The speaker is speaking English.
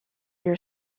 your